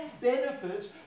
benefits